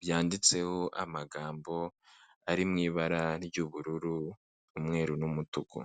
byanditseho amagambo ari mu ibara ry'ubururu, umweru n'umutuku.